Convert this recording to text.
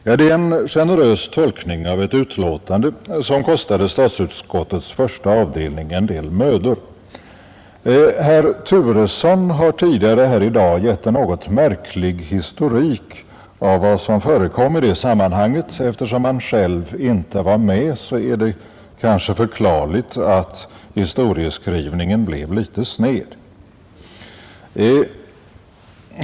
Det är en generös tolkning av ett utlåtande som kostade statsutskottets första avdelning en del mödor. Herr Turesson har tidigare här i dag gett en något märklig historik av vad som förekom i det sammanhanget. Eftersom han själv inte var med är det kanske förklarligt att historieskrivningen blev litet sned.